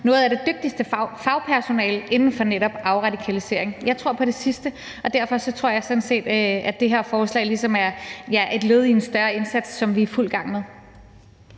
noget af det dygtigste fagpersonale inden for netop afradikalisering: Jeg tror på det sidste. Derfor tror jeg sådan set, at det her forslag ligesom er et led i en større indsats, som vi er i fuld gang med.